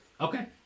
okay